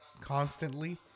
Constantly